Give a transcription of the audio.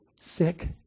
Sick